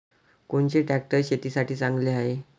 कोनचे ट्रॅक्टर शेतीसाठी चांगले हाये?